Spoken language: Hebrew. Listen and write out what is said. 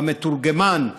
הוא המתורגמן,